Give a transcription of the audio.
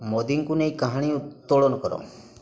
ମୋଦିଙ୍କୁ ନେଇ କାହାଣୀ ଉତ୍ତୋଳନ କର